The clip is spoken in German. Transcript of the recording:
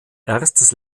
erstes